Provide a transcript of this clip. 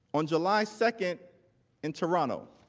on july second in toronto.